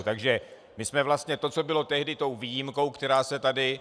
Takže my jsme vlastně to, co bylo tehdy tou výjimkou, která se tady...